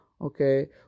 okay